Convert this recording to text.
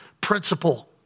principle